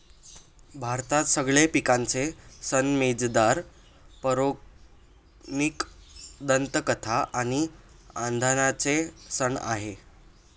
भारतात सगळे पिकांचे सण मजेदार, पौराणिक दंतकथा आणि आनंदाचे सण आहे